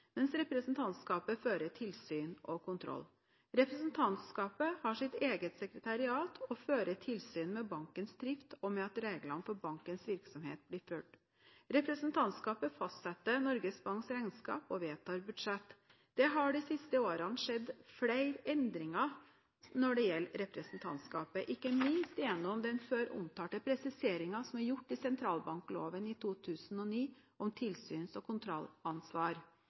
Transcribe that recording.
mens representantskapet fører tilsyn og kontroll. Representantskapet har sitt eget sekretariat og fører tilsyn med bankens drift og med at reglene for bankens virksomhet blir fulgt. Representantskapet fastsetter Norges Banks regnskap og vedtar budsjett. Det har de siste årene skjedd flere endringer når det gjelder representantskapet, ikke minst gjennom den før omtalte presiseringen som ble gjort i sentralbankloven i 2009 om tilsyns- og